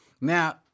Now